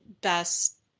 best